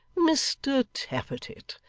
mr tappertit,